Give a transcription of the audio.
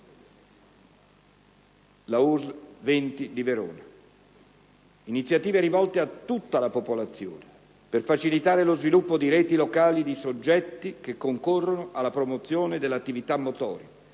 20 di Verona), iniziative rivolte a tutta la popolazione, per facilitare lo sviluppo di reti locali di soggetti che concorrano alla promozione dell'attività motoria